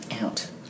out